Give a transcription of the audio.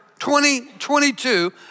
2022